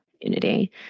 community